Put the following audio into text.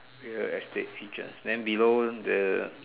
real estate agent then below the